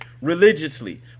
religiously